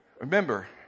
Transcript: Remember